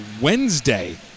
Wednesday